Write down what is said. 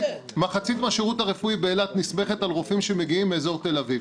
מחצית מהשירות הרפואי באילת נסמכת על רופאים שמגיעים מאזור תל אביב.